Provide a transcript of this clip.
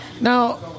Now